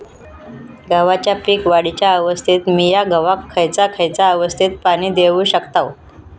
गव्हाच्या पीक वाढीच्या अवस्थेत मिया गव्हाक खैयचा खैयचा अवस्थेत पाणी देउक शकताव?